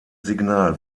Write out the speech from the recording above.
signal